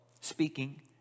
speaking